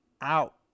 out